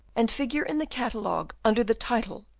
and figure in the catalogue under the title,